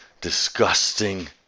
disgusting